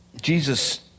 Jesus